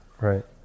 Right